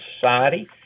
society